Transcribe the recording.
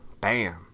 bam